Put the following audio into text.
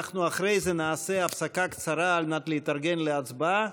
אנחנו אחרי זה נעשה הפסקה קצרה על מנת להתארגן להצבעה,